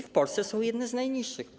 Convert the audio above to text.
W Polsce są jedne z najniższych cen.